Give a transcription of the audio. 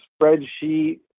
spreadsheet